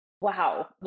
wow